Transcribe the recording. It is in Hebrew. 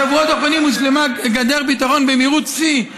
בשבועות האחרונים הושלמה גדר הביטחון במהירות שיא,